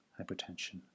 hypertension